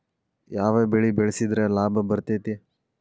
ಯಾವ ಬೆಳಿ ಬೆಳ್ಸಿದ್ರ ಲಾಭ ಬರತೇತಿ?